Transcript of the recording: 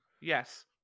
Yes